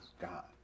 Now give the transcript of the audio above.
God